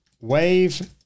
Wave